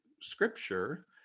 scripture